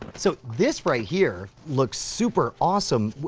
so, this right here looks super awesome.